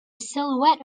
silhouette